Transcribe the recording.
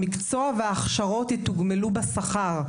המקצוע וההכשרות יתוגמלו בשכר,